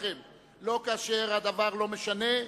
גם כאשר הדבר לא משנה,